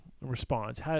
response